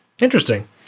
Interesting